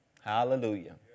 Hallelujah